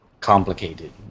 complicated